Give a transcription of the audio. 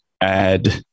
add